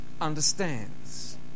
understands